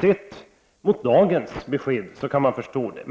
Sett mot dagens besked kan man förstå detta.